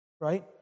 right